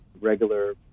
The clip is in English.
regular